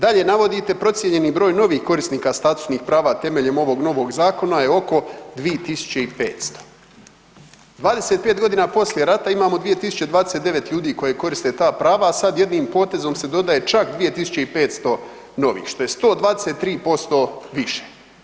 Dalje navodite procijenjeni broj novih korisnika statusnih prava temeljem ovog novog zakona je oko 2500. 25 godina polije rata imamo 2029 ljudi koji koriste ta prava, a sad jednim potezom se dodaje čak 2500 novih što je 123 posto više.